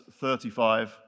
35